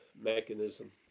mechanism